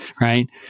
right